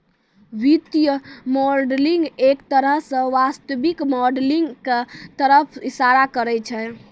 वित्तीय मॉडलिंग एक तरह स वास्तविक मॉडलिंग क तरफ इशारा करै छै